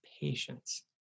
patience